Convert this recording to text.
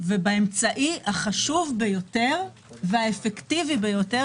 ובאמצעי החשוב ביותר והאפקטיבי ביותר,